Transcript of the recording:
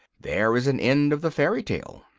there is an end of the fairy-tale.